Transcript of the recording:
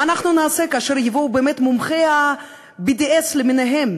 מה נעשה כאשר יבואו באמת מומחי ה-BDS למיניהם